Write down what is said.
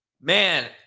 Man